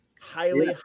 Highly